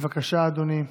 בבקשה, אדוני,